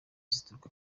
zituruka